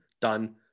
Done